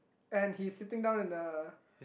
and he's sitting in the